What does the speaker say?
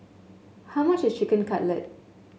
how much is Chicken Cutlet